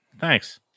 Thanks